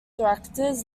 directors